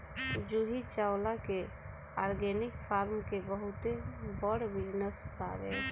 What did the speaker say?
जूही चावला के organic farm के बहुते बड़ बिजनस बावे